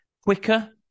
quicker